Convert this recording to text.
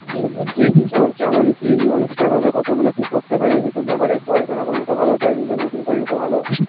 ইয়ে বলছি এ পুজোর কেমন কি অনুষ্ঠান হবে কতগুলো কি ভোগ টোগ থাকবে সেসব ব্যাপারে একটু আলোচনা করলে তো ভালো হতো একদিন তো মিটিং করলে তো ভালো হতো